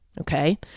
okay